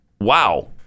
Wow